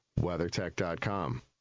WeatherTech.com